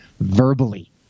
verbally